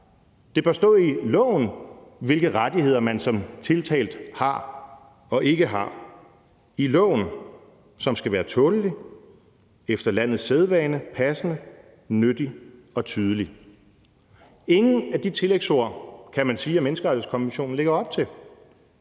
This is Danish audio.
Det bør stå i loven, hvilke rettigheder man som tiltalt har og ikke har – i loven, som skal være tålelig, efter landets sædvane, passende, nyttig og tydelig. Kl. 15:41 Ingen af de tillægsord kan man sige at menneskerettighedskonventionen lægger op til.